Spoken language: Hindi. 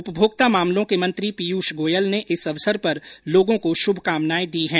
उपभोक्ता मामलों के मंत्री पीयुष गोयल ने इस अवसर पर लोगों को शुभकामनाएं दी हैं